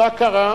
מה קרה?